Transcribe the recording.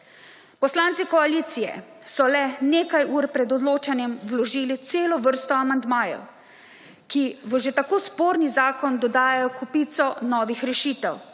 Poslanci koalicije so le nekaj ur pred odločanjem vložili celo vrsto amandmajev, ki v že tako sporni zakon dodajajo sporni zakon